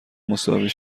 مساوی